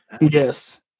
yes